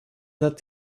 that